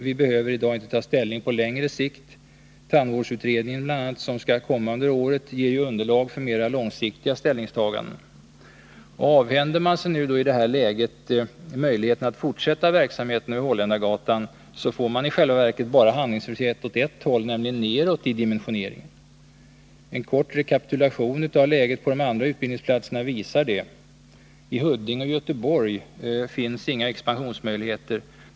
Vi behöver i dag inte ta ställning till behovet på längre sikt. Tandvårdsutredningen, som skall lägga fram ett betänkande under året, ger underlag för mera långsiktiga ställningstaganden. Avhänder man sig i detta läge möjligheten att fortsätta verksamheten vid Holländargatan, får man i själva verket bara handlingsfrihet åt ett håll, nämligen nedåt i dimensionering. En kort rekapitulation av läget på de andra utbildningsplatserna visar detta. I Huddinge och Göteborg finns inga expansionsmöjligheter.